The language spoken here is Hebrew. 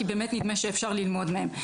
כי נדמה שאפשר ללמוד מהם.